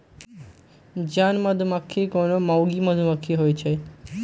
जन मधूमाछि कोनो मौगि मधुमाछि होइ छइ